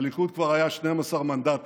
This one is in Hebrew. הליכוד כבר היה עם 12 מנדטים,